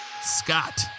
Scott